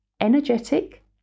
energetic